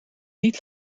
niet